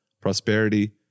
prosperity